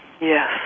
Yes